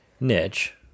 niche